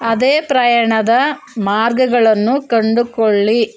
ಅದೇ ಪ್ರಯಾಣದ ಮಾರ್ಗಗಳನ್ನು ಕಂಡುಕೊಳ್ಳಿ